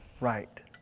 right